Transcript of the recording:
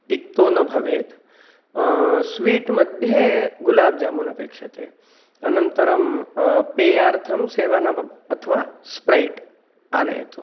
तिक्तो न भवेत् स्वीट् मध्ये गुलाब् जामून् अपेक्षते अनन्तरं पेयार्थं सेवनं अथवा स्प्रैट् आनयतु